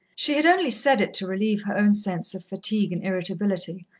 she had only said it to relieve her own sense of fatigue and irritability,